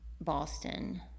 Boston